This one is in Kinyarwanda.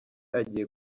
agiye